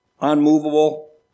unmovable